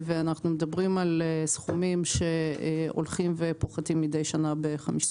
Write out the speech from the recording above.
ואנחנו מדברים על סכומים שהולכים ופוחתים מדי שנה ב-15%.